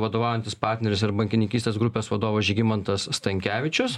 vadovaujantis partneris ir bankininkystės grupės vadovas žygimantas stankevičius